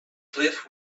cliff